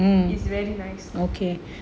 it's very nice